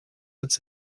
its